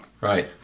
Right